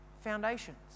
foundations